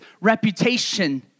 reputation